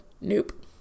Nope